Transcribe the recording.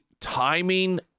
timing